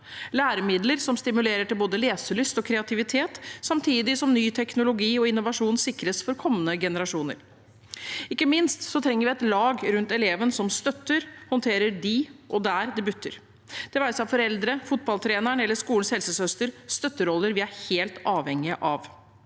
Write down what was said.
læremidler som stimulerer til både leselyst og kreativitet, samtidig som ny teknologi og innovasjon sikres for kommende generasjoner. Ikke minst trenger vi et lag rundt eleven som støtter og håndterer dem og der det butter, det være seg foreldre, fotballtreneren eller skolens helsesøster – støtteroller vi er helt avhengig av.